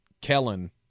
Kellen